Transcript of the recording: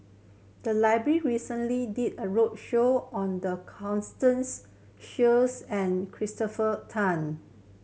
the library recently did a roadshow on the Constance Sheares and Christopher Tan